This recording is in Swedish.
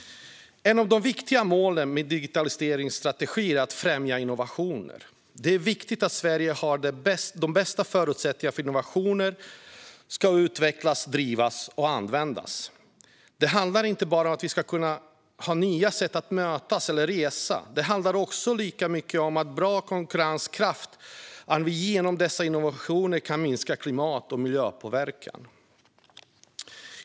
Ett av de viktiga målen för digitaliseringsstrategin är att främja innovationer. Det är viktigt att Sverige har de bästa förutsättningarna för att innovationer ska utvecklas, drivas och användas. Det handlar inte bara om att ha nya sätt att mötas eller resa. Det handlar också lika mycket om att ha bra konkurrenskraft och att vi genom dessa innovationer kan minska klimat och miljöpåverkan.